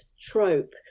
trope